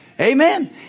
Amen